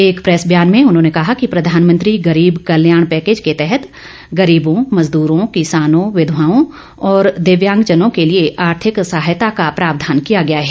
एक प्रेस बयान में उन्होंने कहा कि प्रधानमंत्री गरीब कल्याण पैकेज़ के तहत गरीबों मजदूरों किसानों विधवाओं और दिव्यांग जनों के लिए आर्थिक सहायता का प्रावधान किया गया है